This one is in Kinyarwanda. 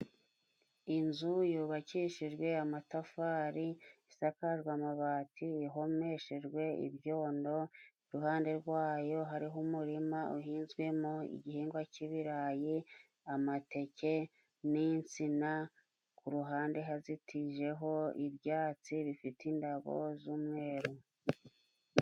Inzu yubakishijwe amatafari, isakajwe amabati, ihomeshejwe ibyondo. Iruhande rwayo hariho umurima uhinzwemo igihingwa k'ibirayi, amateke n'insina. Ku ruhande hazitijeho ibyatsi bifite indabo z'umweru.